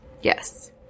Yes